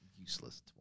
Useless